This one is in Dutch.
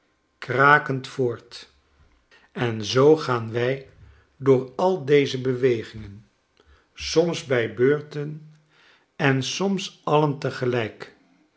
krakend voort en zoo gaan wij door al deze bewegingen soms bij beurten en soms alien tegelijk